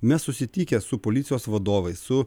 mes susitikę su policijos vadovais su